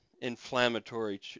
inflammatory